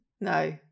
No